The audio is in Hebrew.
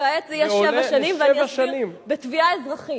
וכעת זה יהיה שבע שנים בתביעה אזרחית.